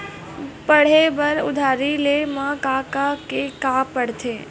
पढ़े बर उधारी ले मा का का के का पढ़ते?